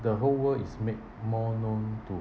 the whole world is make more known to